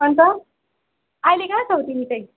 अन्त अहिले कहाँ छौ तिमी चाहिँ